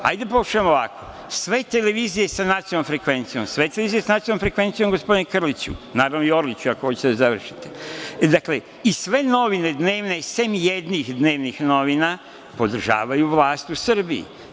Hajde da pokušamo ovako, sve televizije sa nacionalnom frekvencijom, sve televizije sa nacionalnom frekvencijom, gospodine Krliću, naravno i Orliću, ako hoćete da završite, dakle, i sve dnevne novine, sem jednih dnevnih novina, podržavaju vlast u Srbiji.